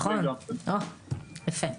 יפה.